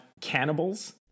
cannibals